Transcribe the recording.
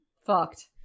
fucked